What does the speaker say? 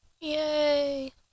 yay